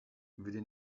within